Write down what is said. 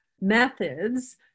methods